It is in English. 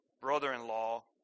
brother-in-law